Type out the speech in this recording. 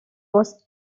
was